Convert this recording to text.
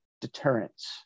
deterrence